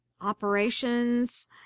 Operations